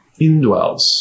indwells